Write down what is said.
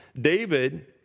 David